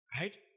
Right